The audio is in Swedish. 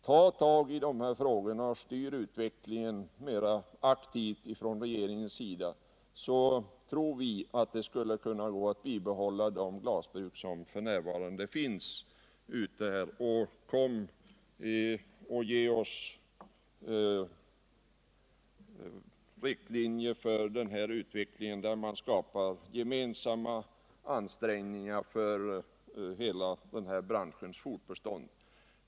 Ta ett grepp om de här frågorna och styr utvecklingen mer aktivt från regeringens sida — då tror vi att det skulle kunna gå att bibehålla de glasbruk som f.n. finns. Ge oss riktlinjer för den här utvecklingen, där man gör gemensamma ansträngningar för att säkra branschens fortbestånd.